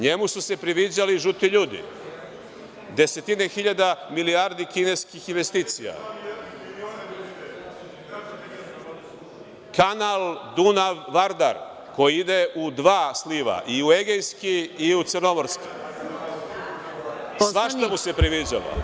NJemu su se priviđali žuti ljudi, desetine hiljada milijardi kineskih investicija, kanal Dunav-Vardar, koji ide u dva sliva, i u Egejski i u Crnomorski, svašta mu se priviđalo.